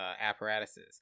apparatuses